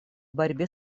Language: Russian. борьбе